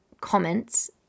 comments